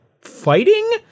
fighting